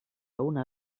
una